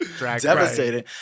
Devastating